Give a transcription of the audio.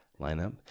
lineup